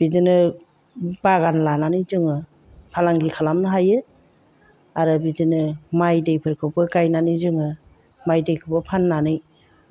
बिदिनो बागान लानानै जोङो फालांगि खालामनो हायो आरो बिदिनो माइ दैफोरखौबो गायनानै जोङो माइ दैखौबो फाननानै